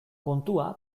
kontua